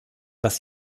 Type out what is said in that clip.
das